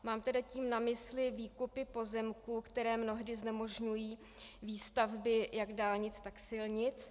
Mám tedy tím na mysli výkupy pozemků, které mnohdy znemožňují výstavby jak dálnic, tak silnic.